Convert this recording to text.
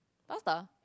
pasta